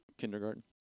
kindergarten